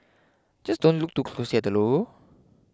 just don't look too closely at the logo